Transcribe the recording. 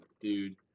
dude